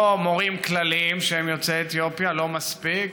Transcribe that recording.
לא מורים כלליים שהם יוצאי אתיופיה, לא מספיק,